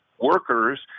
workers